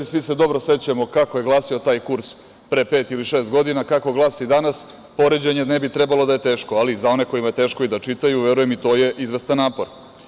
Svi se dobro sećamo kako je glasio taj kurs pre pet ili šest godina, kako glasi danas, poređenje ne bi trebalo da je teško, ali za one kojima je teško i da čitaju, verujem, i to je izvestan napor.